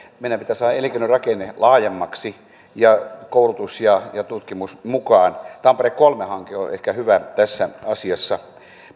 meidän pitää saada elinkeinorakenne laajemmaksi ja koulutus ja tutkimus mukaan tampere kolme hanke on ehkä hyvä tässä asiassa